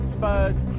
Spurs